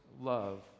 love